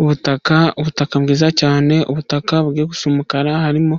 Ubutaka, ubutaka bwiza cyane, ubutaka bugiye gusa umukara, harimo